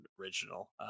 original